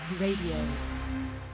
Radio